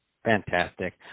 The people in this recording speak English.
Fantastic